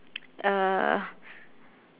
uh